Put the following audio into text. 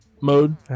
mode